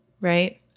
Right